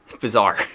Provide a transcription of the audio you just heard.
Bizarre